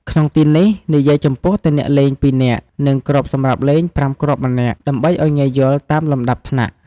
ក្នុងទីនេះ និយាយចំពោះតែអ្នកលេង ២នាក់ និងគ្រាប់សម្រាប់លេង ៥ គ្រាប់ម្នាក់ ដើម្បីឲ្យងាយយល់តាមលំដាប់ថ្នាក់។